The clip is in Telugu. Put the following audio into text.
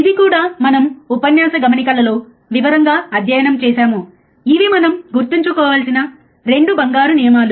ఇది కూడా మనము ఉపన్యాస గమనికలలో వివరంగా అధ్యయనం చేసాము ఇవి మనం గుర్తుంచుకోవలసిన 2 బంగారు నియమాలు